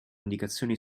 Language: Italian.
indicazioni